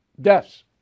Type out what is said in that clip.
deaths